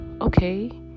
okay